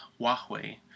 Huawei